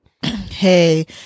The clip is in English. hey